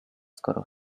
skoro